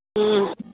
ହୁଁ